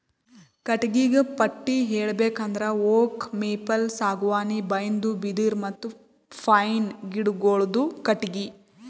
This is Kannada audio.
ಕಟ್ಟಿಗಿಗ ಪಟ್ಟಿ ಹೇಳ್ಬೇಕ್ ಅಂದ್ರ ಓಕ್, ಮೇಪಲ್, ಸಾಗುವಾನಿ, ಬೈನ್ದು, ಬಿದಿರ್ ಮತ್ತ್ ಪೈನ್ ಗಿಡಗೋಳುದು ಕಟ್ಟಿಗಿ